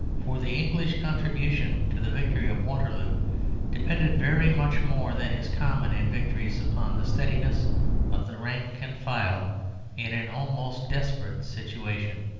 for the english contribution to the victory of waterloo depended very much more than is common in victories upon the steadiness of the rank and file in an almost desperate situation.